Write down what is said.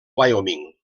wyoming